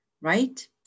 Right